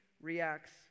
reacts